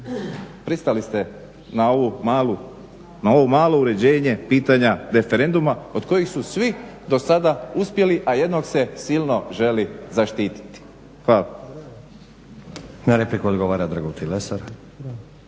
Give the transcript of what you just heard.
pristali ste na ovo malo uređenje pitanja referenduma od kojih su svi dosada uspjeli, a jednog se silno želi zaštititi. Hvala. **Stazić, Nenad (SDP)** Na